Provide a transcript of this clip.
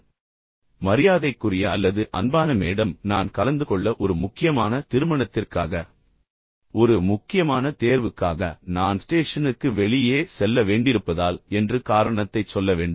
எனவே மரியாதைக்குரிய மற்றும் அன்பான மேடம் அல்லது மரியாதைக்குரிய அல்லது அன்பான மேடம் நான் கலந்து கொள்ள ஒரு முக்கியமான திருமணத்திற்காக அல்லது ஒரு முக்கியமான தேர்வுக்காக நான் ஸ்டேஷனுக்கு வெளியே செல்ல வேண்டியிருப்பதால் என்று காரணத்தைச் சொல்ல வேண்டும்